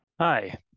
Hi